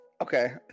okay